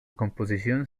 composición